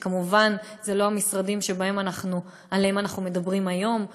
וכמובן אלה לא המשרדים שעליהם אנחנו מדברים היום,